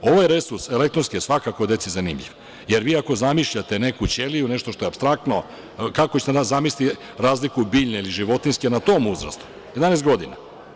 Ovaj resurs elektronski je svakako deci zanimljiv, jer vi ako zamišljate neku ćeliju, nešto što je apstraktno, kako ćete zamisliti razliku biljne ili životinjske na uzrastu od 11 godina.